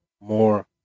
more